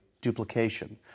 duplication